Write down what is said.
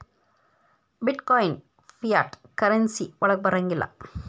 ಬಿಟ್ coin fiat currency ವಳಗ್ ಬರಂಗಿಲ್ಲಾ